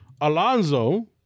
Alonso